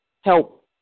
help